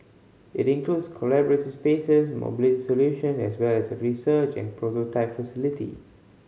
it includes collaborative spaces mobility solution as well as a research and prototype facility